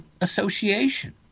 association